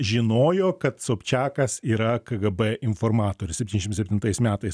žinojo kad sobčiakas yra kgb informatorius septyniašim septintais metais